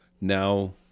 now